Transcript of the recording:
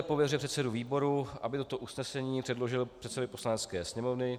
Pověřuje předsedu výboru, aby toto usnesení předložil předsedovi Poslanecké sněmovny.